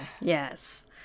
Yes